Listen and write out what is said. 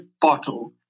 bottle